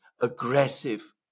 aggressive